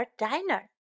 diner